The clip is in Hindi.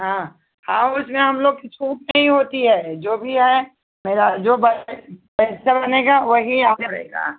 हाँ हाँ उसमें हम लोग की छूट नहीं होती है जो भी है मेरा जो पैसा बनेगा वही